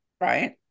right